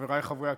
חברי חברי הכנסת,